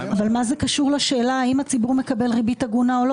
מה זה קשור לשאלה האם הציבור מקבל ריבית הגונה או לא?